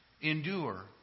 endure